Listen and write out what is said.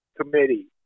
committee